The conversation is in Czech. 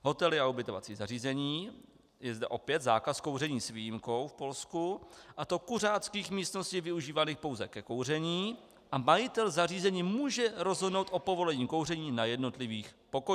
Hotely a ubytovací zařízení je zde opět zákaz kouření s výjimkou v Polsku, a to kuřáckých místností využívaných pouze ke kouření, a majitel zařízení může rozhodnout o povolení kouření na jednotlivých pokojích.